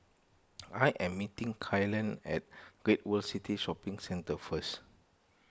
I am meeting Kylan at Great World City Shopping Centre first